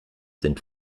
sind